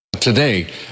Today